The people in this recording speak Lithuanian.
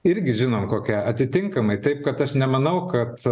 irgi žinom kokia atitinkamai taip kad aš nemanau kad